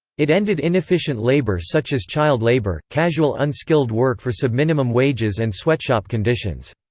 it ended inefficient labor such as child labor, casual unskilled work for subminimum wages and sweatshop conditions.